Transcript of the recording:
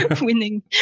winning